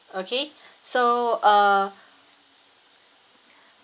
okay so uh